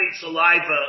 saliva